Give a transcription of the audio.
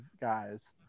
guys